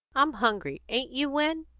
i'm hungry. ain't you, win?